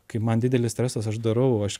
kai man didelis stresas aš darau aš